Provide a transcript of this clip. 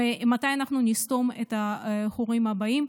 מתי נסתום את החורים הבאים.